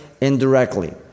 indirectly